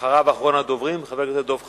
אחריו, אחרון הדוברים, חבר הכנסת דב חנין.